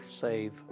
save